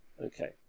Okay